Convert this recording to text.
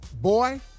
Boy